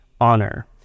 honor